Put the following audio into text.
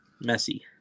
messy